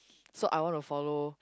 so I want to follow